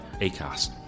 Acast